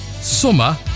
Summer